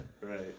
Right